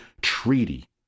treaty